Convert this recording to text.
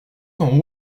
cent